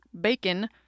bacon